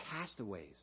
castaways